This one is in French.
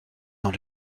dans